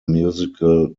musical